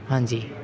ਹਾਂਜੀ